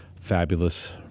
Fabulous